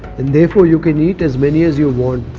and therefore, you can eat as many as you want.